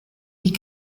die